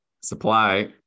supply